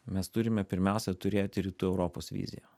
mes turime pirmiausia turėti rytų europos viziją